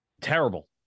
Terrible